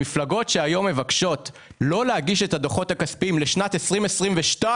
המפלגות שהיום מבקשות לא להגיש את הדוחות הכספיים לשנת 2022,